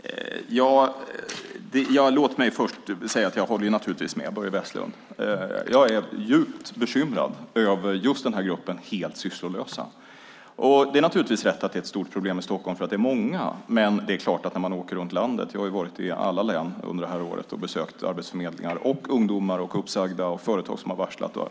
Herr talman! Låt mig först säga att jag naturligtvis håller med Börje Vestlund. Jag är djupt bekymrad över just den här gruppen helt sysslolösa. Det är rätt att det är ett stort problem i Stockholm därför att vi är många. Men jag har varit i alla län under det här året och besökt arbetsförmedlingar, ungdomar, uppsagda och företag som har varslat.